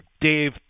Dave